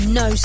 no